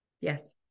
Yes